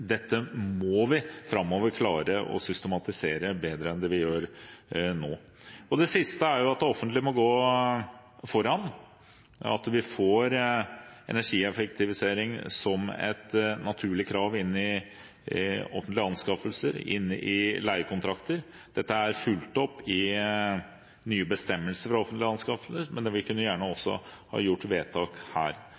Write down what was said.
må vi framover klare å systematisere bedre enn vi gjør nå. Det siste er at det offentlige må gå foran, at vi får energieffektivisering som et naturlig krav inn i offentlige anskaffelser og inn i leiekontrakter. Dette er fulgt opp i nye bestemmelser for offentlige anskaffelser, men vi kunne gjerne